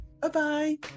Bye-bye